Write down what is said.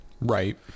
Right